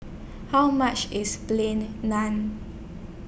How much IS Plain Naan